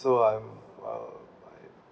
so I'm uh I